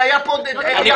העניין.